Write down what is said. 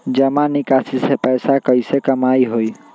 जमा निकासी से पैसा कईसे कमाई होई?